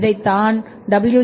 இதைத்தான் WJ